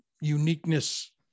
uniqueness